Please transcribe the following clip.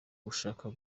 gushaka